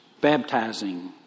baptizing